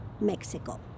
Mexico